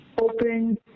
open